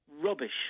rubbish